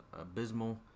abysmal